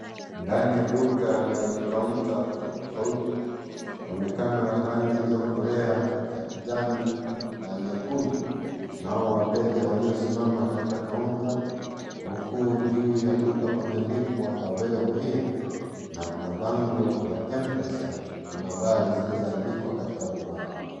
"Ndani ya duka lenye kaunta tofautitofauti, huonekana rangi iliyoakolea ya kijani na nyekundu. Nao wateja wamesimama katika kaunta. Juu ya duka kumeandikwa 'Available here,' pamoja na mabango ya M-Pesa na nambari zilizoandikwa katika vibao."